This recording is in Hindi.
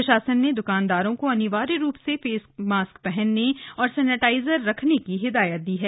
प्रशासन ने द्कानदारों को अनिवार्य रूप से मास्क पहनने और सैनेटाइजर रखने की हिदायत दी है